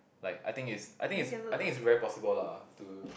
like I think is I think is I think is very possible lah to